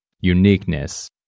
uniqueness